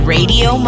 Radio